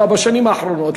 בשנים האחרונות,